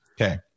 Okay